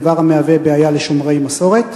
דבר המהווה בעיה לשומרי מסורת?